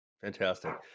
Fantastic